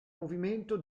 movimento